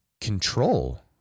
control